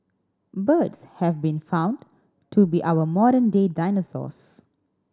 birds have been found to be our modern day dinosaurs